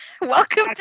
Welcome